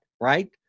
right